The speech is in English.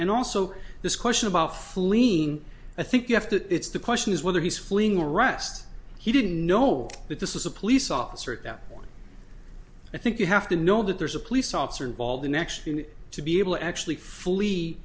and also this question about fleeing i think you have to it's the question is whether he's fleeing rest he didn't know that this was a police officer at that point i think you have to know that there's a police officer involved in actually to be able to actually fully